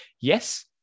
Yes